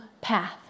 path